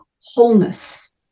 wholeness